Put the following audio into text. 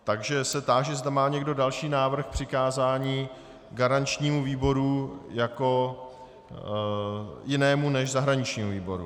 Takže se táži, zda má někdo další návrh k přikázání garančnímu výboru jako jinému než zahraničnímu výboru.